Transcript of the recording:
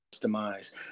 demise